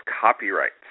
copyrights